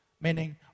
Meaning